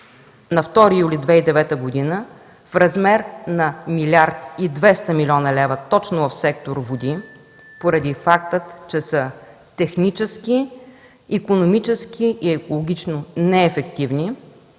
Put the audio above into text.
на 2 юли 2009 г. в размер на 1 млрд. 200 млн. лв., точно в сектор „Води”, поради факта че са технически, икономически и екологично неефективни,